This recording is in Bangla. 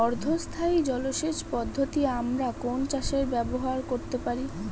অর্ধ স্থায়ী জলসেচ পদ্ধতি আমরা কোন চাষে ব্যবহার করতে পারি?